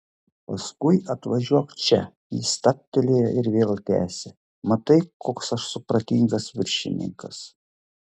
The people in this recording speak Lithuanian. paskui atvažiuok čia jis stabtelėjo ir vėl tęsė matai koks aš supratingas viršininkas